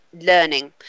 learning